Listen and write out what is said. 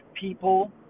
people